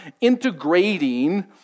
integrating